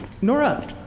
Nora